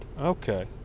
Okay